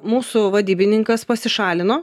mūsų vadybininkas pasišalino